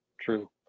true